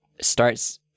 starts